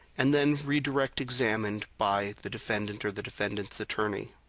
and then redirect examined by the defendant or the defendants attorney.